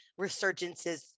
resurgences